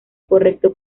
correcto